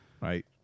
right